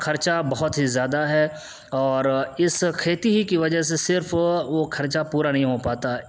خرچہ بہت ہی زیادہ ہے اور اس کھیتی ہی کی وجہ سے صرف وہ خرچہ پورا نہیں ہو پاتا ہے